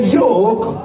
yoke